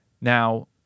Now